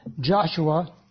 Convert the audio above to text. Joshua